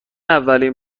اولین